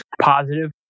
positive